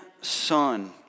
Son